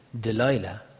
Delilah